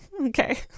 Okay